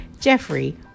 Jeffrey